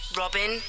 robin